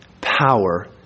power